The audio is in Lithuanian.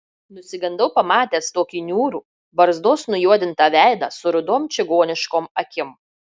nusigandau pamatęs tokį niūrų barzdos nujuodintą veidą su rudom čigoniškom akim